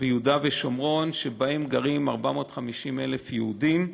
ביהודה ושומרון, שגרים בה 450,000 יהודים.